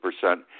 percent